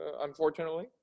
unfortunately